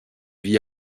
vit